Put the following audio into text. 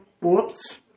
whoops